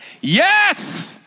yes